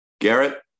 Garrett